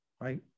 right